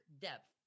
Depth